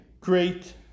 great